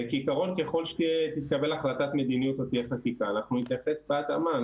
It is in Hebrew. כעיקרון ככל שתתקבל החלטת מדיניות או תהיה חקיקה אנחנו נתייחס בהתאמה.